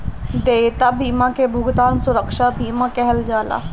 देयता बीमा के भुगतान सुरक्षा बीमा कहल जाला